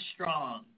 strong